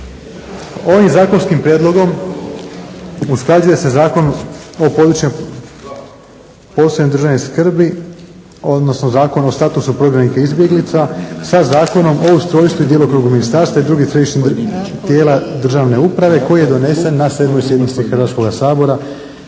Ovim zakonskim prijedlogom usklađuje se zakon o području posebne državne skrbi, odnosno Zakon o statusu prognanika, izbjeglica sa Zakonom o ustrojstvu i djelokrugu ministarstva i drugih središnjih tijela državne uprave koji je donesen na sedmoj sjednici Hrvatskoga sabora